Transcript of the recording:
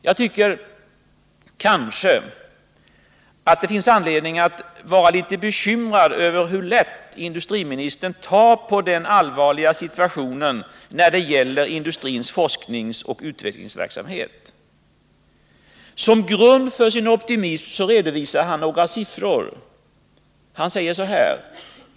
Jag tycker kanske att det finns anledning att vara litet bekymrad över hur lätt industriministern tar på den allvarliga situationen när det gäller industrins forskningsoch utvecklingsverksamhet. Som grund för sin optimism redovisar han några siffror.